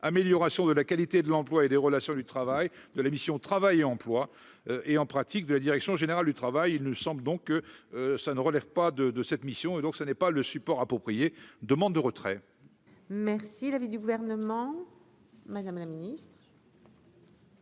amélioration de la qualité de l'emploi et des relations du travail de la mission Travail et emploi et en pratique de la direction générale du travail, il nous semble donc ça ne relève pas de de cette mission, et donc ce n'est pas le support approprié : demande de retrait. Merci l'avis du gouvernement, Madame la Ministre.